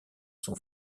son